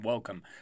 Welcome